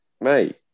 mate